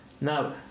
Now